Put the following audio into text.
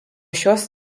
šios